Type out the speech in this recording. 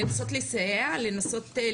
לנסות לסייע,